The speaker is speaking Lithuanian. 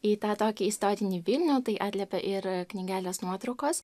į tą tokį istorinį vilnių tai atliepia ir knygelės nuotraukos